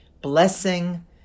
blessing